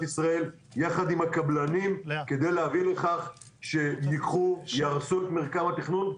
ישראל יחד עם הקבלנים כדי להביא לכך שיהרסו את מרקם התכנון.